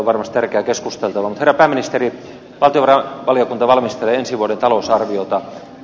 mutta herra pääministeri valtiovarainvaliokunta valmistelee ensi vuoden talousarviota